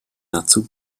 dazu